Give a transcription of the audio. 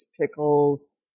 pickles